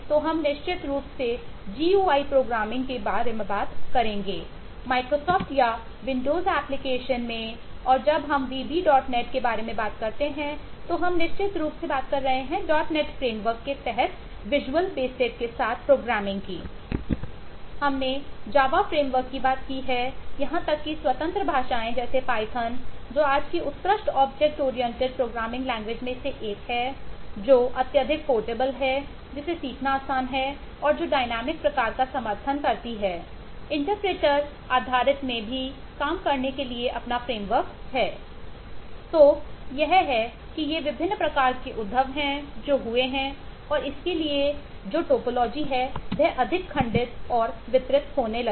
तो यह है कि ये विभिन्न प्रकार के उद्भव हैं जो हुए हैं और इसके लिए जो टोपोलॉजी है वह अधिक खंडित और वितरित होने लगी